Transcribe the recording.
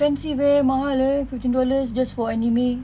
expensive leh mahal leh just for anime